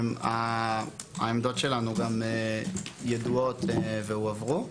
העמדות שלנו גם ידועות והועברו.